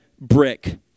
brick